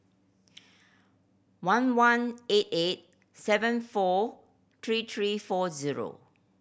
one one eight eight seven four three three four zero